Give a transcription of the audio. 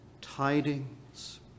tidings